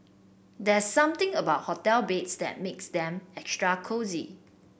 there something about hotel beds that makes them extra cosy